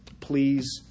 please